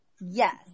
Yes